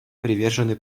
привержены